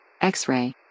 X-ray